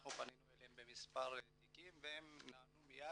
אנחנו פנינו אליהם במספר תיקים והם נענו מיד.